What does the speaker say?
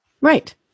Right